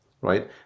right